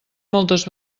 moltes